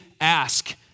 ask